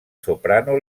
soprano